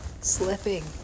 slipping